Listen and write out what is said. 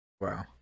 wow